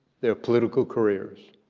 their political careers.